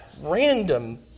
random